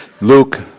Luke